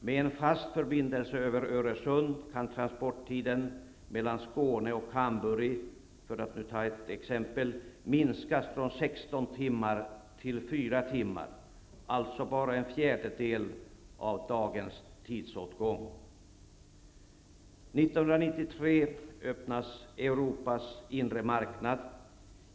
Med en fast förbindelse över Öresund kan transporttiden mellan Skåne och Hamburg, för att ta ett exempel, minskas från 16 timmar till 4 timmar, vilket innebär bara en fjärdel av dagens tidsåtgång. 1993 öppnas Europas inre marknad.